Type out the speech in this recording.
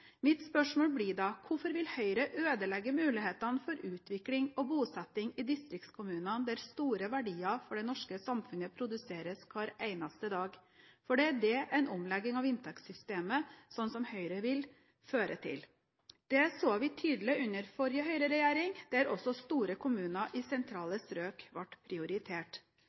Mitt spørsmål blir da: Hvorfor vil Høyre ødelegge mulighetene for utvikling og bosetting i distriktskommunene der store verdier for det norske samfunnet produseres hver eneste dag? For det er det en omlegging av inntektssystemet, slik Høyre vil, fører til. Det så vi tydelig under forrige Høyre-regjering, der også store kommuner i sentrale strøk ble prioritert.